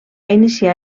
iniciar